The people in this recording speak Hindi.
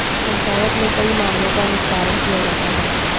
पंचायत में कई मामलों का निस्तारण किया जाता हैं